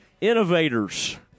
Innovators